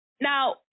Now